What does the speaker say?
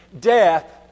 death